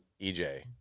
EJ